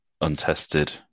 untested